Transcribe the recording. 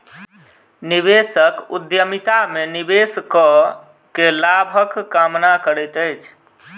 निवेशक उद्यमिता में निवेश कअ के लाभक कामना करैत अछि